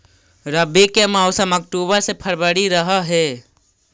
रब्बी के मौसम अक्टूबर से फ़रवरी रह हे